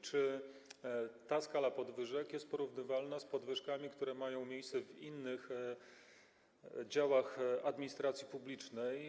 Czy ta skala podwyżek jest porównywalna ze skalą podwyżek, które mają miejsce w innych działach administracji publicznej?